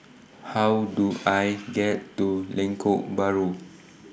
How Do I get to Lengkok Bahru